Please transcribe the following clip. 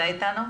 איתנו?